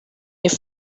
your